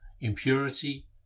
impurity